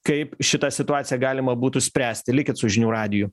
kaip šitą situaciją galima būtų spręsti likit su žinių radiju